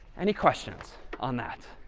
any questions on that?